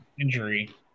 injury